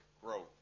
growth